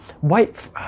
white